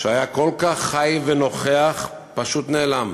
שהיה כל כך חי ונוכח, פשוט נעלם.